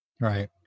Right